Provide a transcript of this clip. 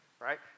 right